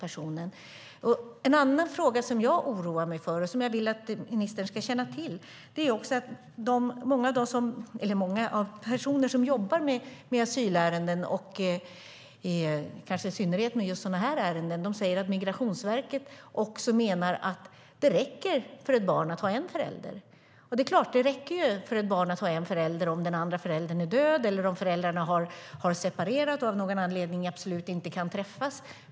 En annan fråga som jag oroar mig för och som jag vill att ministern ska känna till är att många personer som jobbar med asylärenden och kanske i synnerhet med sådana här ärenden säger att Migrationsverket menar att det räcker för ett barn att ha en förälder. Det är klart att det räcker för ett barn att ha en förälder om den andra föräldern är död eller om föräldrarna har separerat och av någon anledning absolut inte kan träffas.